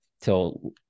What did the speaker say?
till